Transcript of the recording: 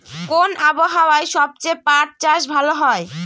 কোন আবহাওয়ায় সবচেয়ে পাট চাষ ভালো হয়?